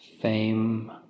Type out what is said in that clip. Fame